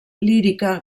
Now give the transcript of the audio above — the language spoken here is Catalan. lírica